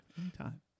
Anytime